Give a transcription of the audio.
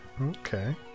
Okay